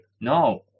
no